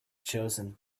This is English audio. chosen